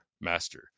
master